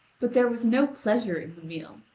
but there was no pleasure in the meal,